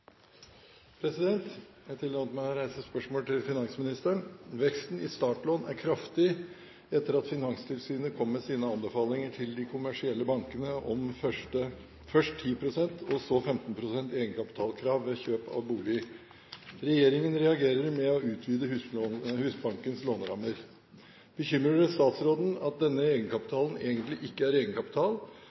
2. Jeg tillater meg å stille følgende spørsmål til finansministeren: «Veksten i startlån er kraftig etter at Finanstilsynet kom med sine anbefalinger til de kommersielle bankene om først 10 pst. og så 15 pst. egenkapitalkrav ved kjøp av bolig. Regjeringen reagerer med å utvide Husbankens lånerammer. Bekymrer det statsråden at denne egenkapitalen egentlig ikke er egenkapital,